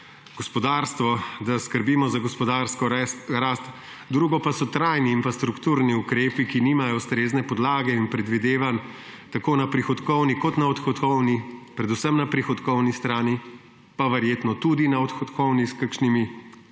gospodarstvo, da skrbimo za gospodarsko rast, drugo pa so trajni in strukturni ukrepi, ki nimajo ustrezne podlage in predvidevanj tako na prihodkovni kot na odhodkovni, predvsem na prihodkovni strani, pa verjetno tudi na odhodkovni s kakšnimi